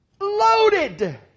Loaded